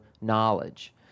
knowledge